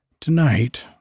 Tonight